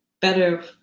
better